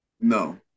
No